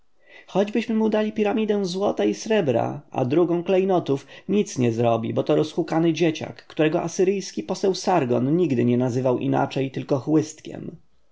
choćbyśmy mu dali piramidę złota i srebra a drugą klejnotów nic nie zrobi bo to rozhukany dzieciak którego asyryjski poseł sargon nigdy nie nazywał inaczej tylko